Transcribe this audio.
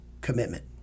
commitment